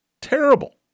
Terrible